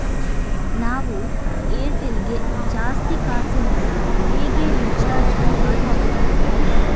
ನಾವು ಏರ್ಟೆಲ್ ಗೆ ಜಾಸ್ತಿ ಕಾಸಿನಲಿ ಹೇಗೆ ರಿಚಾರ್ಜ್ ಮಾಡ್ಬಾಹುದು?